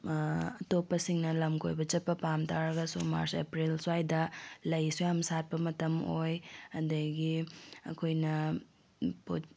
ꯑꯇꯣꯞꯄꯁꯤꯡꯅ ꯂꯝ ꯀꯣꯏꯕ ꯆꯠꯄ ꯄꯥꯝꯇꯥꯔꯒꯁꯨ ꯃꯥꯔꯆ ꯑꯦꯄ꯭ꯔꯤꯜ ꯁ꯭ꯋꯥꯏꯗ ꯂꯩꯁꯨ ꯌꯥꯝ ꯁꯥꯠꯄ ꯃꯇꯝ ꯑꯣꯏ ꯑꯗꯒꯤ ꯑꯩꯈꯣꯏꯅ